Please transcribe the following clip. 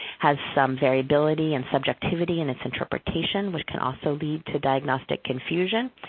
has some variability and subjectivity in its interpretation, which can also lead to diagnostic confusion.